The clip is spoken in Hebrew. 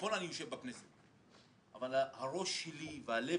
נכון שאני יושב בכנסת אבל הראש שלי והלב